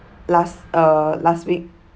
last uh last week